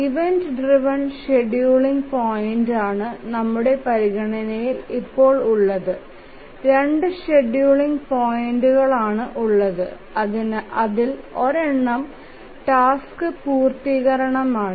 event driven scheduling point ആണ് നമ്മുടെ പരിഗണനയിൽ ഇപ്പോൾ ഉള്ളത് രണ്ട് ഷെഡ്യൂളിംഗ് പോയിന്റ ആണ് ഉള്ളത് അതിൽ ഒരെണം ടാസ്ക് പൂർത്തികരണമാണ്